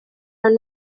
are